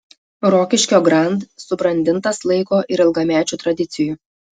rokiškio grand subrandintas laiko ir ilgamečių tradicijų